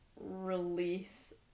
release